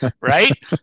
right